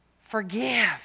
Forgive